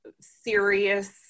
serious